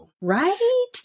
Right